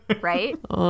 right